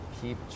keep